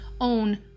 own